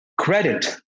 Credit